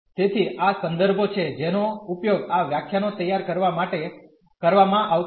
તેથી આ સંદર્ભો છે જેનો ઉપયોગ આ વ્યાખ્યાનો તૈયાર કરવા માટે કરવામાં આવતો હતો